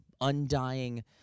undying